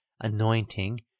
anointing